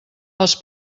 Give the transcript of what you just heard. els